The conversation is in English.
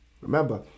Remember